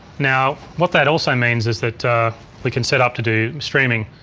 now what that also means is that we can set up to do streaming.